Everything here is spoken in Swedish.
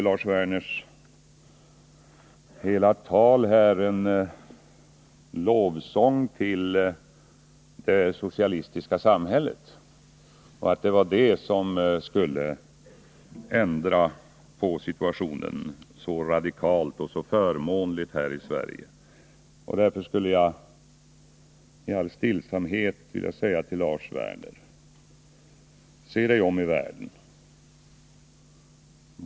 Lars Werners hela tal var ju en lovsång till det socialistiska samhället — det var det som skulle ändra situationen så radikalt och så förmånligt här i Sverige. Därför skulle jag i all stillsamhet vilja säga till Lars Werner: Se er om i världen!